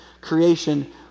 creation